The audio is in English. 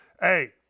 Hey